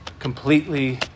completely